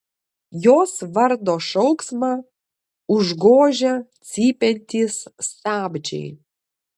jos vardo šauksmą užgožia cypiantys stabdžiai